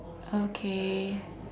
okay